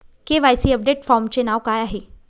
KYC update फॉर्मचे नाव काय आहे?